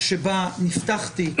שבה נפתח תיק,